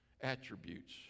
attributes